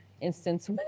instance